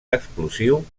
explosiu